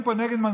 הדובר